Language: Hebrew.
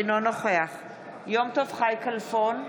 אינו נוכח יום טוב חי כלפון,